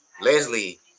Leslie